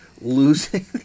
losing